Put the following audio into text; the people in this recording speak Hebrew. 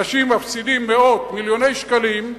אנשים מפסידים מאות, מיליוני שקלים,